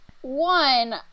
one